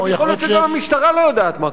יכול להיות שגם המשטרה לא יודעת מה קורה,